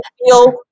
feel